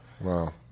Wow